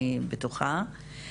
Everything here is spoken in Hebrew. אני בטוחה.